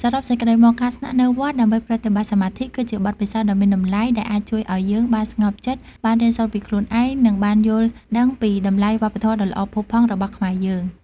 សរុបសេចក្តីមក ការស្នាក់នៅវត្តដើម្បីប្រតិបត្តិសមាធិគឺជាបទពិសោធន៍ដ៏មានតម្លៃដែលអាចជួយឱ្យយើងបានស្ងប់ចិត្ត បានរៀនសូត្រពីខ្លួនឯង និងបានយល់ដឹងពីតម្លៃវប្បធម៌ដ៏ល្អផូរផង់របស់ខ្មែរយើង។